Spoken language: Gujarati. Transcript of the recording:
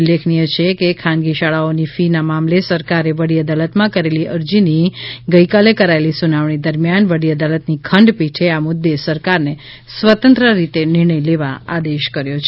ઉલ્લેકનીય છે કે ખાનગી શાળાઓની ફી ના મામલે સરકારે વડી અદાલતમાં કરેલી અરજીની ગઇકાલે કરાયેલી સુનાવણી દરમિયાન વડી અદાલતની ખંડપીઠે આ મુદ્દે સરકારને સ્વતંત્ર રીતે નિર્ણય લેવા આદેશ કર્યો છે